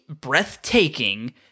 breathtaking